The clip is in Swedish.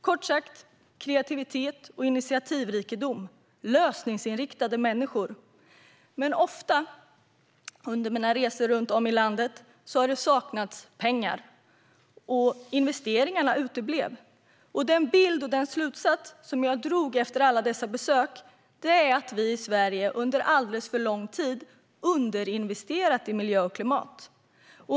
Kort sagt: kreativitet, initiativrikedom och lösningsinriktade människor. Men ofta har jag under mina resor runt om i landet sett att det har saknats pengar och att investeringarna uteblivit. Den bild jag har fått och den slutsats jag har dragit efter alla dessa besök är att vi i Sverige under alldeles för lång tid har underinvesterat i miljö och klimat.